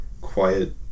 Quiet